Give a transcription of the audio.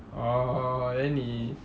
orh then 你